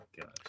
god